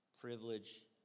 privilege